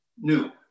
new